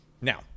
Now